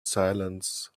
silence